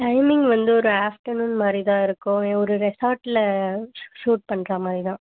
timing வந்து ஒரு afternoon மாதிரிதான் இருக்கும் ஒரு ரெசார்ட்டில் ஷூட் பண்ற மாதிரிதான்